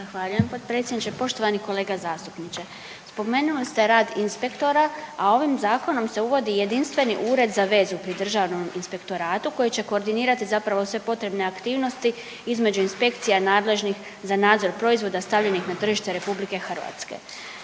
gospodine potpredsjednice, poštovani kolega zastupniče, spomenuli ste rad inspektora a ovim zakonom se uvodi jedinstveni ured za vezu pri Državnom inspektoratu koji će koordinirati zapravo sve potrebne aktivnosti između inspekcija nadležnih za nadzor proizvoda stavljenih na tržište RH.